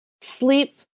sleep